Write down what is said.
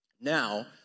Now